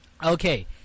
Okay